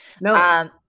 No